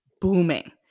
booming